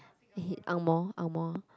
he angmoh angmoh